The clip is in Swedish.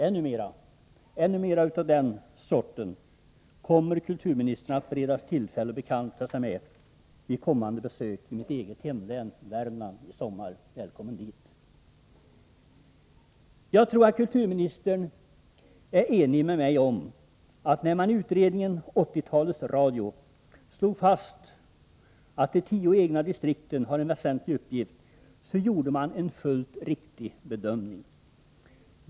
Ännu mera av den sorten kommer kulturministern att beredas tillfälle att bekanta sig med vid kommande besök i mitt eget hemlän Värmland i sommar. Välkommen dit. Jag tror att kulturministern är enig med mig om att när man i utredningen 80-talets radio slog fast att de tio egna distrikten har en väsentlig uppgift, så gjorde man en fullt riktig bedömning.